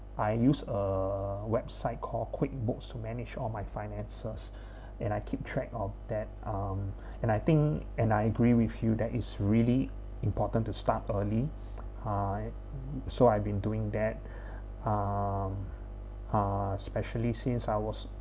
I use a website called QuickBooks to manage all my finances and I keep track of that um and I think and I agree with you that is really important to start early uh so I've been doing that um uh especially since I was